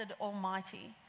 almighty